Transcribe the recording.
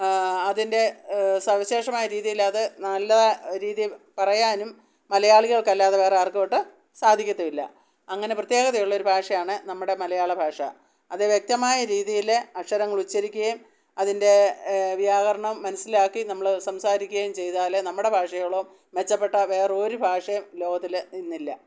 അതിൻ്റെ സവിശേഷമായ രീതിയിൽ അത് നല്ല രീതിയിൽ പറയാനും മലയാളികൾക്കല്ലാതെ വേറെ ആർക്കും ഒട്ട് സാധിക്കത്തുമില്ല അങ്ങനെ പ്രത്യേകതയുള്ളൊരു ഭാഷയാണ് നമ്മുടെ മലയാള ഭാഷ അത് വ്യക്തമായ രീതിയിൽ അക്ഷരങ്ങൾ ഉച്ചരിക്കേുകയും അതിൻ്റെ വ്യാകരണം മനസ്സിലാക്കി നമ്മൾ സംസാരിക്കയും ചെയ്താൽ നമ്മുടെ ഭാഷയോളം മെച്ചപ്പെട്ട വേറെ ഒരു ഭാഷയും ഈ ലോകത്തിൽ ഇന്നില്ല